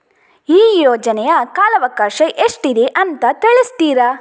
ಈ ಯೋಜನೆಯ ಕಾಲವಕಾಶ ಎಷ್ಟಿದೆ ಅಂತ ತಿಳಿಸ್ತೀರಾ?